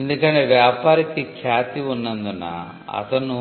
ఎందుకంటే వ్యాపారికి ఖ్యాతి ఉన్నందున అతను